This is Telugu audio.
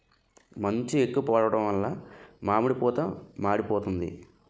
మంచు ఎక్కువ పడడం వలన మామిడి పూత మాడిపోతాంది